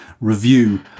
review